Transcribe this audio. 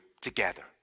together